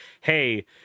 hey